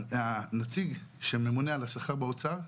הנציג שממונה על השכר באוצר,